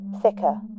thicker